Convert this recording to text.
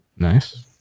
Nice